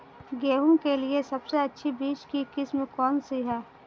गेहूँ के लिए सबसे अच्छी बीज की किस्म कौनसी है?